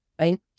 right